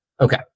Okay